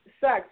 sex